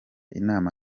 inama